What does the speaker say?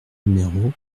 numéro